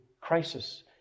crisis